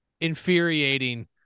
infuriating